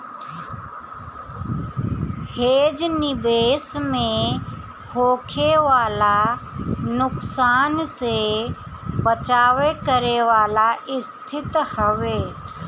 hedge निवेश में होखे वाला नुकसान से बचाव करे वाला स्थिति हवे